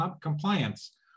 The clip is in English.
compliance